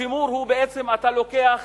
השימור הוא שאתה לוקח